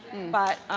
but.